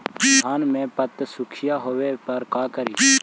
धान मे पत्सुखीया होबे पर का करि?